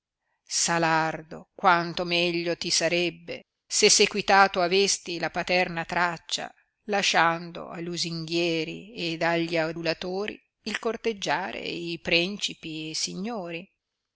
moglie salardo quanto meglio ti sarebbe se sequitato avesti la paterna traccia lasciando a lusinghieri ed agli adulatori il corteggiare i prencipi e signori